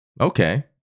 Okay